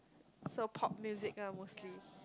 so pop music lah mostly